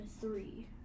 three